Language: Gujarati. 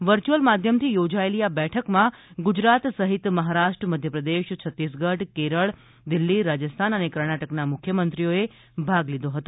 વર્ચ્યુઅલ માધ્યમથી યોજાયેલી આ બેઠકમાં ગુજરાત સહિત મહારાષ્ટ્ર મધ્યપ્રદેશ છત્તીસગઢ કેરળ દિલ્હી રાજસ્થાન અને કર્ણાટકના મુખ્યમંત્રીઓ ભાગ લીધો હતો